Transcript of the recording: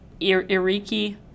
Iriki